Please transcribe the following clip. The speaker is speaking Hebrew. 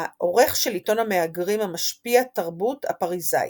העורך של עיתון המהגרים המשפיע, "תרבות" הפריזאי.